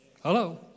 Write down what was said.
Hello